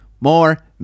more